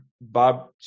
Bob